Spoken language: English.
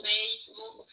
Facebook